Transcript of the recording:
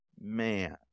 man